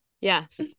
yes